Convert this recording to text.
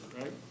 right